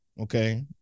Okay